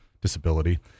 disability